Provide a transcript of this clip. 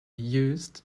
used